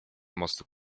mostu